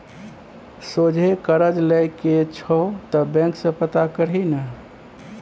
सोझे करज लए के छौ त बैंक सँ पता करही ने